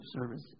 service